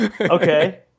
Okay